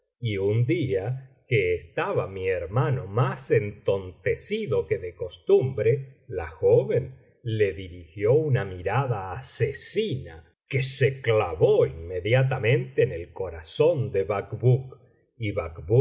y un día que estaba mi hermano más entontecido que de costumbre la joven le dirigió una mirada asesina que se clavó inmediatamente en el corazón de bacbuk y